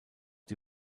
die